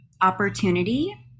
opportunity